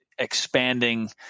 expanding